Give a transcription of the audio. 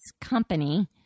company